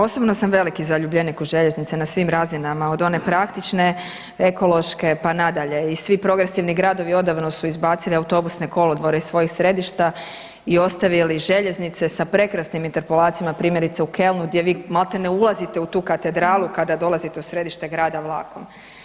Osobno sam veliki zaljubljenik u željeznice na svim razinama od one praktične, ekološke pa nadalje i svi progresivni gradovi odavno su izbacili autobusne kolodvore iz svojih središta i ostavili željeznice sa prekrasnim interpolacijama primjerice u Kelnu gdje vi maltene ulazite u tu katedralu kada dolazite u središte grada vlakom.